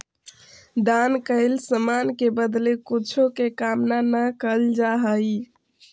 दान कैल समान के बदले कुछो के कामना न कैल जा हई